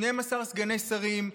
12 סגני שרים,